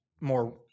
more